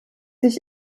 ich